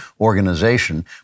organization